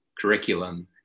curriculum